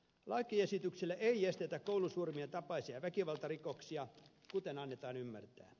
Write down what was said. lakiesityksellä ei estetä koulusurmien tapaisia väkivaltarikoksia kuten annetaan ymmärtää